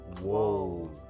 Whoa